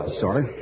sorry